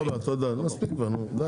תודה רבה, מספיק כבר די.